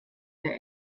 der